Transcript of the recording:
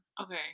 Okay